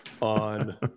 on